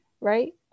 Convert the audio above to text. right